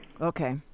Okay